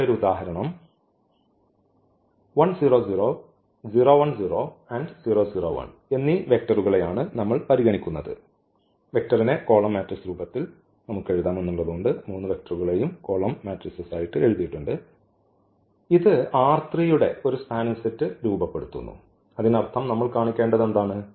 ഇവിടെ ഒരു ഉദാഹരണം എന്നീ വെക്റ്ററുകളെയാണ് നമ്മൾ പരിഗണിക്കുന്നത് ഇത് യുടെ ഒരു സ്പാനിംഗ് സെറ്റ് രൂപപ്പെടുത്തുന്നു അതിനർത്ഥം നമ്മൾ കാണിക്കേണ്ടതെന്താണ്